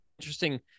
interesting